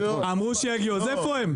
אמרו שיגיעו, אז איפה הם?